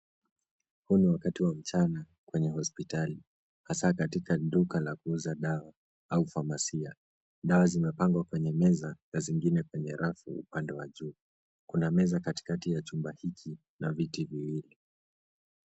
Huu ni wakati wa mchana kwenye hospitali, hasa katika duka la kuuza dawa au famasia. Dawa ziimepangwa kwenye meza na zingine kwenye rafu upande wa juu. Kuna meza katikati ya chumba hiki na viti viwili.